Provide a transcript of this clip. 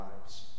lives